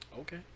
okay